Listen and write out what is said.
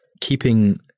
keeping